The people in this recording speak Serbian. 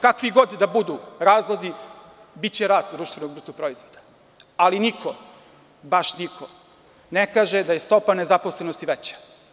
Kakvi god da budu razlozi, biće rast društvenog bruto proizvoda, ali niko, baš niko, ne kaže da je stopa nezaposlenosti veća.